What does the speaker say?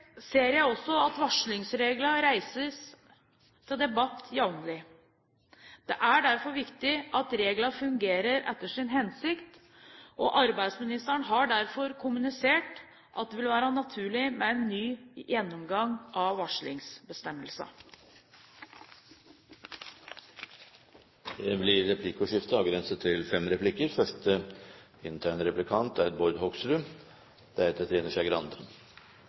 ser jeg også at varslingsreglene reises til debatt jevnlig. Det er derfor viktig at reglene fungerer etter sin hensikt, og arbeidsministeren har derfor kommunisert at det vil være naturlig med en ny gjennomgang av varslingsbestemmelsene. Det blir replikkordskifte.